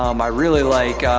um i really like,